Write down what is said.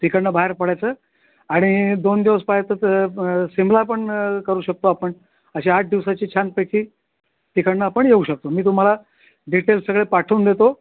तिकडून बाहेर पडायचं आणि दोन दिवस पाहायचं तर शिमला पण करू शकतो आपण अशी आठ दिवसाची छानपैकी तिकडून आपण येऊ शकतो मी तुम्हाला डिटेल्स सगळे पाठवून देतो